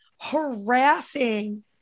harassing